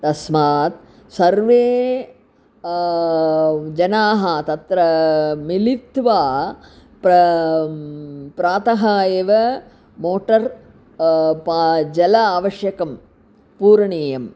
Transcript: तस्मात् सर्वे जनाः तत्र मिलित्वा प्रा प्रातः एव मोटर् पा जलम् आवश्यकं पूरणीयम्